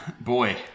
Boy